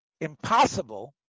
impossible